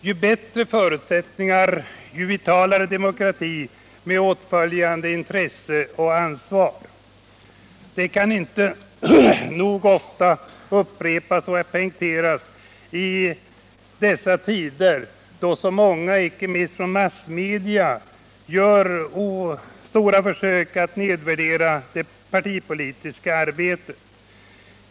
Ju större dessa förutsättningar är, desto vitalare blir demokratin och desto större blir medborgarnas intresse och ansvar. Detta kan inte nog ofta upprepas och poängteras i dessa tider, då så många — icke minst massmedia — försöker att nedvärdera det partipolitiska arbetet.